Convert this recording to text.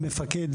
מפקד